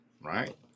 right